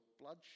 bloodshed